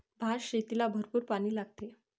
भातशेतीला भरपूर पाणी लागते